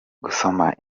gusoma